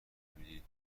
میدی